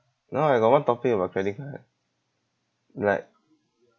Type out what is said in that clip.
now I got one topic about credit card like